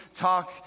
talk